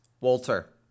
Walter